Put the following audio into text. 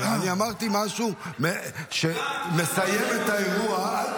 אני אמרתי משהו שמסיים את האירוע,